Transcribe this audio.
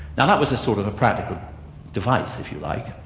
now that was a sort of a practical device, if you like,